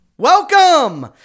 Welcome